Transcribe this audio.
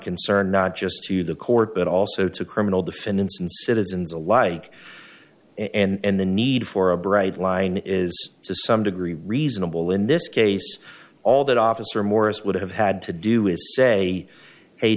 concern not just to the court but also to criminal defendants and citizens alike and the need for a bright line is to some degree reasonable in this case all that officer morris would have had to do is say hey